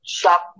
shop